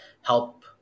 help